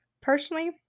Personally